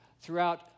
throughout